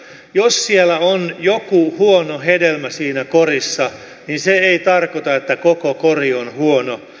jos siellä on joku huono hedelmä siinä korissa niin se ei tarkoita että koko kori on huono